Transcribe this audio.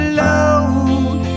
load